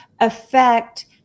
affect